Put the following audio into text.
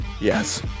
Yes